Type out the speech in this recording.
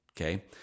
Okay